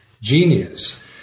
genius